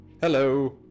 Hello